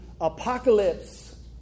Apocalypse